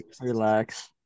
Relax